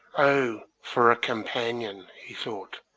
oh, for a companion, he thought,